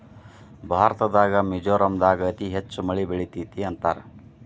ಭಾರತದಾಗ ಮಿಜೋರಾಂ ದಾಗ ಅತಿ ಹೆಚ್ಚ ಮಳಿ ಬೇಳತತಿ ಅಂತಾರ